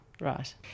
Right